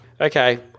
Okay